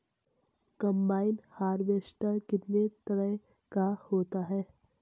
Combine harvester कितने तरह का होता है?